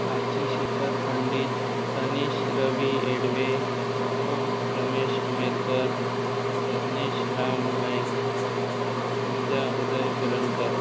Sachi Shikhar Pandit Tanish Ravi Edave Om Ramesh Amerkar Yadnesh Ram Nayak Prithvija Uday Piranakar